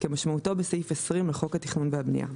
כמשמעותו בסעיף 20 לחוק התכנון והבנייה,